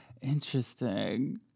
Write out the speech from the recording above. Interesting